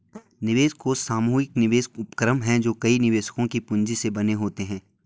निवेश कोष सामूहिक निवेश उपक्रम हैं जो कई निवेशकों की पूंजी से बने होते हैं